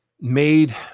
made